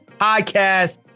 Podcast